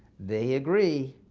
they agree,